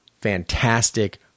fantastic